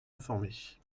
informées